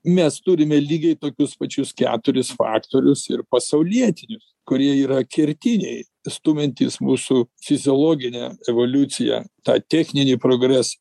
mes turime lygiai tokius pačius keturis faktorius ir pasaulietinius kurie yra kertiniai stumiantys mūsų fiziologinę evoliuciją tą techninį progresą